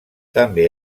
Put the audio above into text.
també